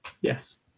Yes